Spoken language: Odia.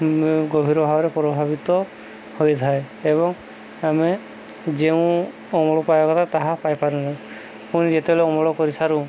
ଗଭୀର ଭାବରେ ପ୍ରଭାବିତ ହୋଇଥାଏ ଏବଂ ଆମେ ଯେଉଁ ଅମଳ ପାଇବା କଥା ତାହା ପାଇପାରୁ ନାହିଁ ପୁଣି ଯେତେବେଳେ ଅମଳ କରିସାରୁ